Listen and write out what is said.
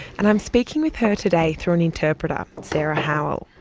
and i'm speaking with her today through an interpreter, sarah howell.